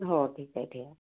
हो ठीक आहे ठीक